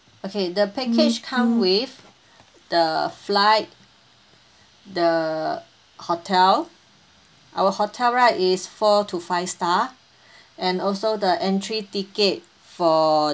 okay the package come with the flight the hotel our hotel right is four to five star and also the entry ticket for